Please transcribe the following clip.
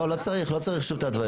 לא צריך שוב את ההתוויות.